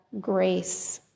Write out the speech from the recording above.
grace